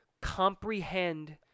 comprehend